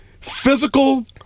Physical